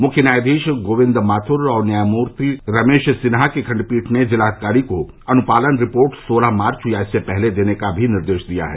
मुख्य न्यायाधीश गोविंद माथुर और न्यायमूर्ति रमेश सिन्हा की खण्डपीठ ने ज़िलाधिकारी को अनुपालन रिपोर्ट सोलह मार्च या इससे पहले देने का निर्देश भी ज़ारी किया है